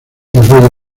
roger